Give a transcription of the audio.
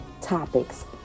topics